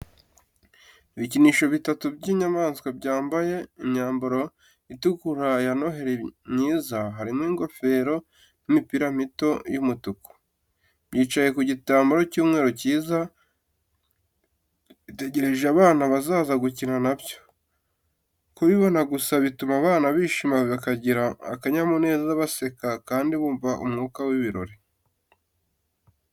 Ibikinisho bitatu by’inyamaswa byambaye imyambaro itukura ya noheri myiza, harimo ingofero n’imipira mito y'umutuku. Byicaye ku gitambaro cy'umweru cyiza, bitegereje abana bazaza gukina nabyo. Kubibona gusa bituma abana bishima bakagira akanyamuneza, baseka, kandi bumva umwuka w’ibirori.